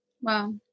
Wow